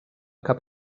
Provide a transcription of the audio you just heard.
cap